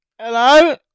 Hello